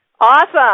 Awesome